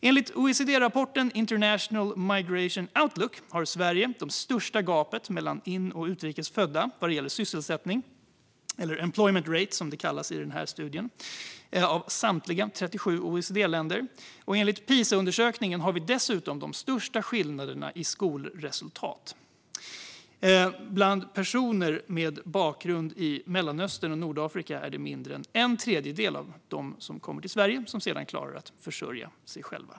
Enligt OECD-rapporten International Migration Outlook har Sverige det största gapet mellan inrikes och utrikes födda vad gäller sysselsättning - eller employment rate, som det kallas i den här studien - av samtliga 37 OECD-länder. Enligt Pisaundersökningen har vi dessutom de största skillnaderna i skolresultat. Bland personer med bakgrund i Mellanöstern och Nordafrika är det mindre än en tredjedel av dem som kommer till Sverige som sedan klarar att försörja sig själva.